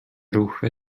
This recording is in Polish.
ruchy